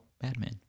Batman